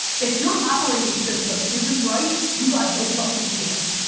if your operating system isn't right, you've got no fucking chance.